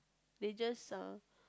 they just uh